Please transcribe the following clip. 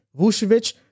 Vucevic